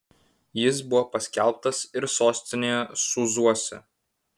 jis buvo paskelbtas ir sostinėje sūzuose